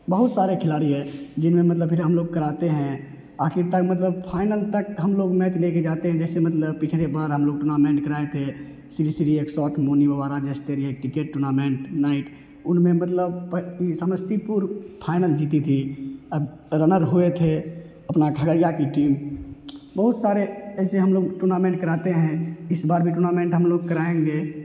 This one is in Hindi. बहुत सारे खिलाड़ी है जिनमें मतलब फिर हम लोग कराते हैं आखिर तक मतलब फाइनल तक हम लोग मैच लेके जाते हैं जैसे मतलब पिछली बार हम लोग टूर्नामेंट कराए थे Shri Shri cricket tournament night उनमें मतलब इ समस्तीपुर फाइनल जीती थी रनर हुए थे अपना खगड़िया की टीम बहुत सारे ऐसे हम लोग टूर्नामेंट कराते हैं इस बार भी टूर्नामेंट हम लोग कराएँगे